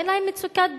אין להם מצוקת דיור.